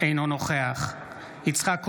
אינו נוכח יצחק קרויזר,